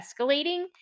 escalating